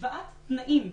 והשוואת תנאים.